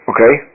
Okay